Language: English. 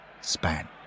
span